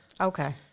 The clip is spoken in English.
Okay